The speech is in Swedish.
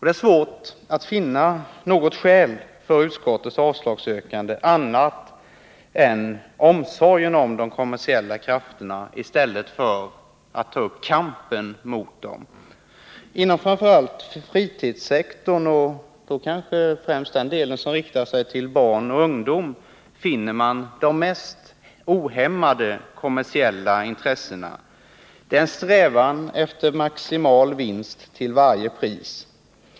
Det är svårt att finna något annat skäl för utskottets avstyrkande än omsorgen om de kommersiella krafterna i stället för kampen mot dem. Inom framför allt fritidssektorn — och då kanske speciellt den del som riktar sig till barn och ungdom — finner man de mest ohämmade kommersiella intressena. Det är en strävan efter maximal vinst till varje pris.